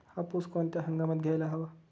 कापूस कोणत्या हंगामात घ्यायला हवा?